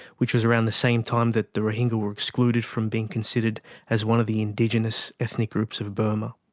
which was around the same time that the rohingya were excluded from being considered as one of the indigenous ethnic groups of burma.